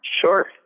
Sure